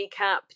recap